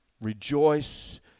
Rejoice